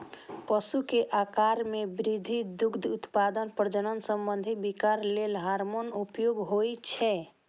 पशु के आाकार मे वृद्धि, दुग्ध उत्पादन, प्रजनन संबंधी विकार लेल हार्मोनक उपयोग होइ छै